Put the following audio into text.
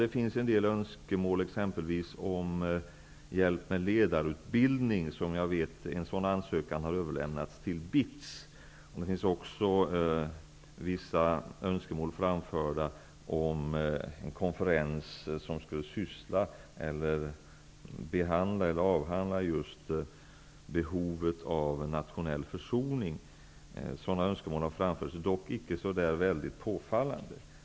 Det finns en del önskemål om t.ex. hjälp med ledarutbildning. En sådan ansökan har överlämnats till BITS. Det finns också vissa önskemål framförda om konferenser som skall avhandla behovet av nationell försoning. Dessa önskemål har framförts, dock icke så väldigt påfallande.